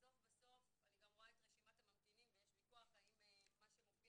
בסוף בסוף אני גם רואה את רשימת הממתינים ויש ויכוח האם מה שמופיע